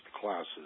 classes